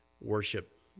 worship